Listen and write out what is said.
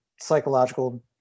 psychological